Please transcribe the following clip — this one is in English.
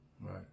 Right